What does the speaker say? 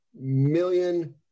million